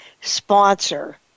sponsor